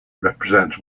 represents